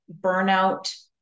burnout